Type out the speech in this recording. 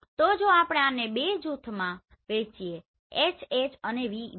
તો જો આપણે આને બે જૂથોમાં વહેંચીએ HH અને VV